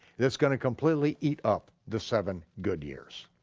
that's gonna completely eat up the seven good years.